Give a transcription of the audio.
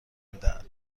میدهد